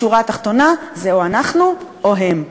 בשורה התחתונה זה או אנחנו או הם,